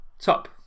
top